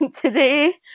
today